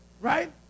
right